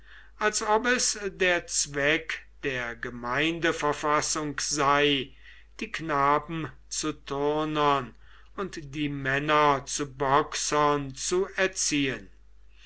als ob es der zweck der gemeindeverfassung sei die knaben zu turnern und die männer zu boxern zu erziehen